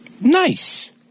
Nice